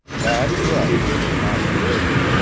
that's right. the masquerade.